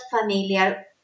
familiar